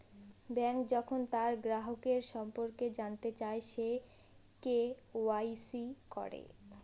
bank যখন তার গ্রাহকের সম্পর্কে জানতে চায়, সে কে.ওয়া.ইসি করে